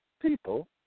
People